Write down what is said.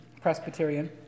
Presbyterian